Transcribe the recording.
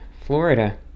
florida